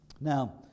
Now